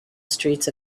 streets